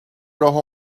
راهو